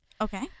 okay